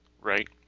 Right